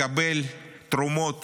לקבל תרומות